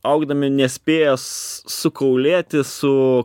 augdami nespės sukaulėti su